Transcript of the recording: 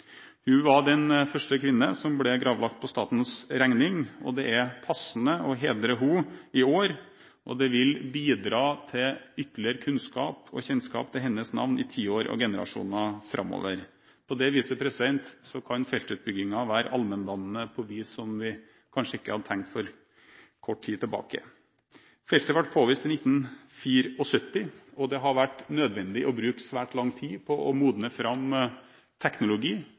Hun var den første kvinnen som ble gravlagt på statens regning. Det er passende å hedre henne i år, og det vil bidra til ytterligere kunnskap og kjennskap til hennes navn i tiår og i generasjoner framover. På det viset kan feltutbyggingen være allmenndannende på vis som vi kanskje ikke hadde tenkt på for kort tid tilbake. Feltet ble påvist i 1974, og det har vært nødvendig å bruke svært lang tid på å modne fram teknologi